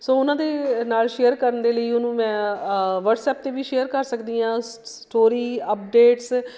ਸੋ ਉਹਨਾਂ ਦੇ ਨਾਲ਼ ਸ਼ੇਅਰ ਕਰਨ ਦੇ ਲਈ ਉਹਨੂੰ ਮੈਂ ਵੱਟਸਅੱਪ 'ਤੇ ਵੀ ਸ਼ੇਅਰ ਕਰ ਸਕਦੀ ਹਾਂ ਸ ਸਟੋਰੀ ਅਪਡੇਟਸ